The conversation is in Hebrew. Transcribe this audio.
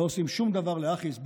הם לא עושים שום דבר להכעיס,